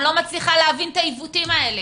אני לא מצליחה להבין את העיוותים האלה.